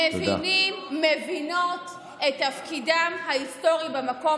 מבינים ומבינות את תפקידם ההיסטורי במקום